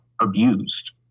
abused